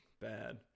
bad